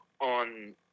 on